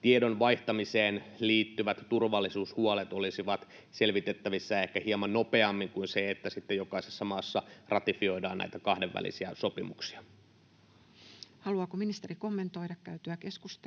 tiedon vaihtamiseen liittyvät turvallisuushuolet olisivat selvitettävissä ehkä hieman nopeammin kuin niin, että jokaisessa maassa ratifioidaan näitä kahdenvälisiä sopimuksia. [Speech 219] Speaker: